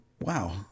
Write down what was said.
Wow